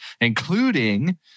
including